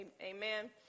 amen